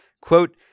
Quote